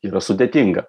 yra sudėtinga